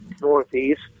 northeast